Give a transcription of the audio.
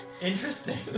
Interesting